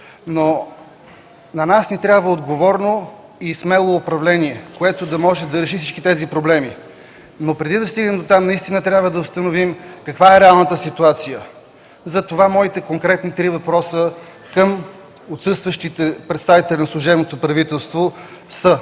На нас ни трябва отговорно и смело управление, което да може да реши всички тези проблеми. Преди да стигнем дотам, наистина трябва да установим каква е реалната ситуация. Затова моите конкретни три въпроса към отсъстващите представители на служебното правителство са: